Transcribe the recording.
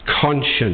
conscience